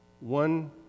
One